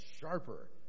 sharper